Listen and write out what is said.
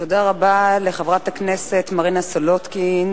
תודה רבה לחברת הכנסת מרינה סולודקין,